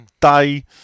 day